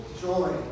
joy